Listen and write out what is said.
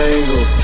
Angle